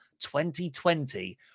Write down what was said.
2020